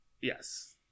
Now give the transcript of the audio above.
Yes